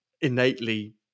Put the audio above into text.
innately